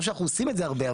לא שאנחנו עושים את זה הרבה,